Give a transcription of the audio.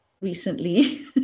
recently